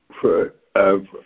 forever